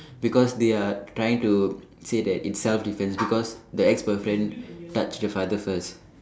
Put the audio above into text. because they are trying to say that it's self defense because the ex boyfriend touch the father first